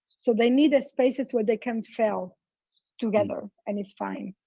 so they need ah spaces where they can fail together and it's fine,